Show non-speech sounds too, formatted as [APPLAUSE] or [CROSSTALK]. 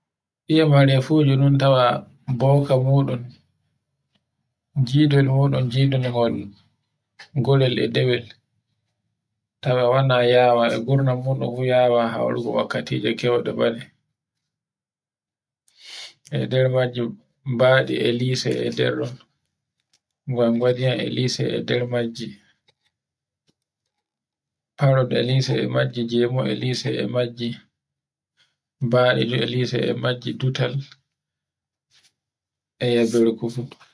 Iya mearefuji ɗin tawa bowka muɗum [NOISE] e gidol muɗum jiɗol ngol gurel e dewel tawa wannan yawa gurnamu ɗum fu yawa haurugo wakkatije kewɗe bone. E nder majum bade e liso e nder ɗon [NOISE] gongoniwa e liso e nder majji [NOISE] parrot e liso e majje jemu e liso e majji, badi e majji tutal e yeberku fu.